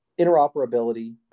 interoperability